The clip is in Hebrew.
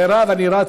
מי בעד?